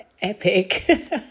epic